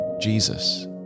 Jesus